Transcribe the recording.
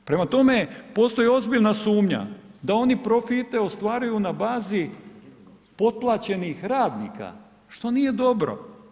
Prema tome, postoji ozbiljna sumnja da oni profite ostvaruju na bazi potplaćenih radnika, što nije dobro.